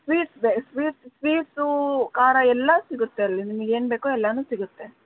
sweet ಬೆ ಸ್ವೀ sweets ಖಾರ ಎಲ್ಲ ಸಿಗುತ್ತೆ ಅಲ್ಲಿ ನಿಮಗೇನು ಬೇಕೋ ಎಲ್ಲಾನು ಸಿಗುತ್ತೆ